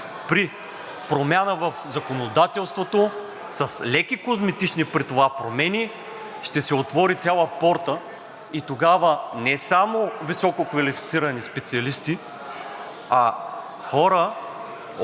при промяна в законодателството, с леки козметични при това промени, ще се отвори цяла порта и тогава не само висококвалифицирани специалисти, а хора